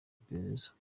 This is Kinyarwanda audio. iperereza